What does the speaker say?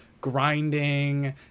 grinding